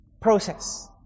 process